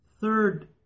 third